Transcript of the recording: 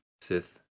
Sith